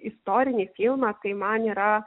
istorinį filmą tai man yra